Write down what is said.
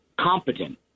competent